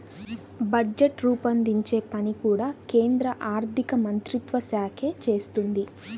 budget రూపొందించే పని కూడా కేంద్ర ఆర్ధికమంత్రిత్వ శాఖే చేస్తుంది